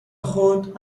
خود